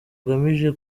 agamije